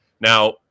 Now